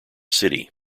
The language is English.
city